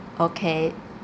okay